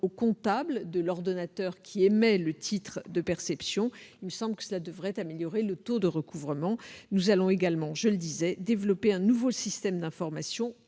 comptable de l'ordonnateur qui émet le titre de perception. Il me semble que cela devrait améliorer le taux de recouvrement. Nous allons également, comme je l'ai déjà dit, développer un nouveau système d'information